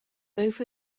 both